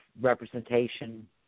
representation